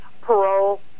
parole